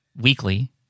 weekly